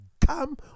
come